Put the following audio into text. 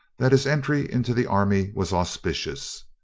that his entry into the army was auspicious.